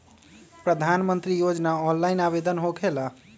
प्रधानमंत्री योजना ऑनलाइन आवेदन होकेला?